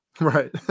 Right